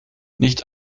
nicht